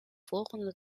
volgende